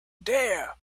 dare